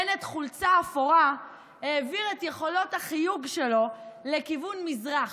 בנט חולצה אפורה העביר את יכולות החיוג שלו לכיוון מזרח,